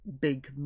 big